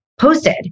posted